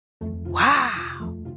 wow